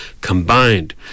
combined